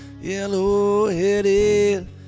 yellow-headed